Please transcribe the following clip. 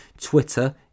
twitter